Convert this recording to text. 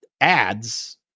ads